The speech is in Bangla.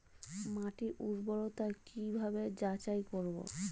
মাটির উর্বরতা কি ভাবে যাচাই করব?